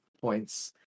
points